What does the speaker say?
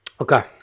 Okay